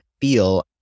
feel